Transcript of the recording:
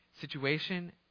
situation